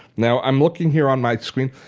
now i'm looking here on my screen.